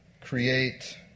create